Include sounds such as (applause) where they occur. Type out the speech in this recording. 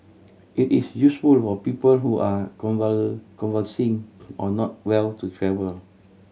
it is useful for people who are (unintelligible) convalescing or not well to travel